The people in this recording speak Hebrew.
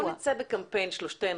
בואו נצא בקמפיין שלושתנו.